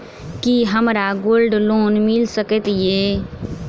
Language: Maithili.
की हमरा गोल्ड लोन मिल सकैत ये?